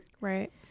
Right